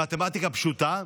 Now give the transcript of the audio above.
במתמטיקה פשוטה,